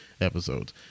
episodes